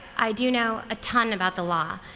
i do know a ton about the law,